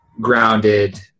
grounded